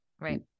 Right